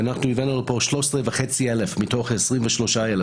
אנחנו הבאנו לפה 13,500 מתוך ה-23,000,